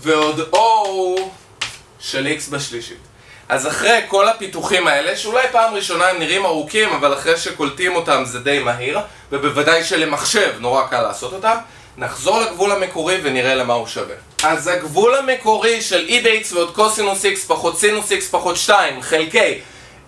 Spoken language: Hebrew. ועוד O של X בשלישית. אז אחרי כל הפיתוחים האלה, שאולי פעם ראשונה הם נראים ארוכים, אבל אחרי שקולטים אותם זה די מהיר, ובוודאי שלמחשב נורא קל לעשות אותם, נחזור לגבול המקורי ונראה למה הוא שווה. אז הגבול המקורי של E ב-X ועוד cos x פחות sin x פחות 2 חלקי